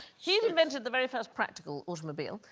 he had invented the very first practical automobile,